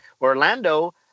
Orlando